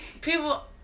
People